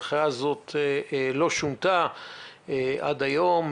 ההנחיה הזאת לא שונתה עד היום,